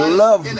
love